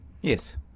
Yes